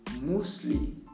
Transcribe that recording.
mostly